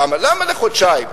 למה לחודשיים?